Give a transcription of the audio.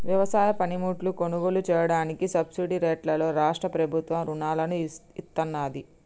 వ్యవసాయ పనిముట్లు కొనుగోలు చెయ్యడానికి సబ్సిడీ రేట్లలో రాష్ట్ర ప్రభుత్వం రుణాలను ఇత్తన్నాది